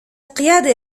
القيادة